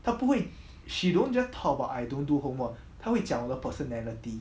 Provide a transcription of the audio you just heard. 他不会 she don't just talk about I don't do homework 会讲我的 personality